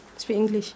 speak English